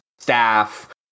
Staff